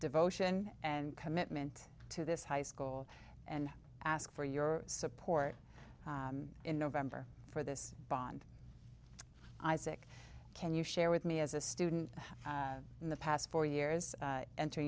devotion and commitment to this high school and ask for your support in november for this bond isaac can you share with me as a student in the past four years